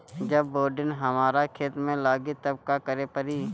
जब बोडिन हमारा खेत मे लागी तब का करे परी?